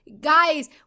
guys